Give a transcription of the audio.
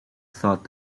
thought